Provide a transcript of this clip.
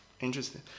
interesting